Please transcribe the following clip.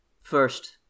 First